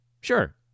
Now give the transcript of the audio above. Sure